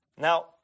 Now